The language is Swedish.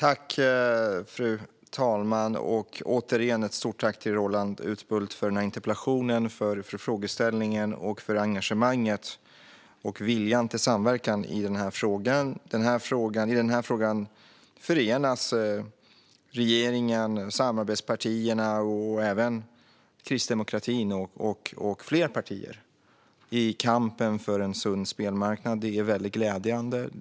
Fru talman! Jag vill återigen rikta ett stort tack till Roland Utbult för interpellationen, frågeställningen, engagemanget och viljan till samverkan i frågan. I den här frågan förenas regeringen, samarbetspartierna och även Kristdemokraterna och fler partier i kampen för en sund spelmarknad. Det är glädjande.